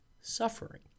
suffering